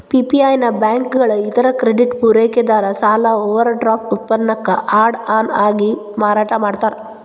PPI ನ ಬ್ಯಾಂಕುಗಳ ಇತರ ಕ್ರೆಡಿಟ್ ಪೂರೈಕೆದಾರ ಸಾಲ ಓವರ್ಡ್ರಾಫ್ಟ್ ಉತ್ಪನ್ನಕ್ಕ ಆಡ್ ಆನ್ ಆಗಿ ಮಾರಾಟ ಮಾಡ್ತಾರ